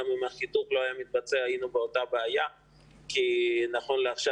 גם אם החיתוך לא היה מתבצע היינו באותה בעיה כי נכון לעכשיו